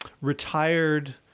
retired